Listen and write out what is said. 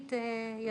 הלאומית ידעה?